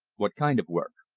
what kind of work?